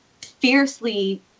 fiercely